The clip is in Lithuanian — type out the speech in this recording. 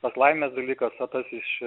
tas laimės dalykas a tas iš